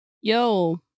Yo